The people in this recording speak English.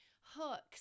hooks